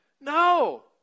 No